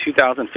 2015